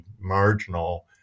marginal